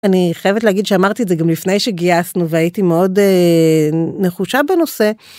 אני חייבת להגיד שאמרתי את זה גם לפני שגייסנו והייתי מאוד נחושה בנושא.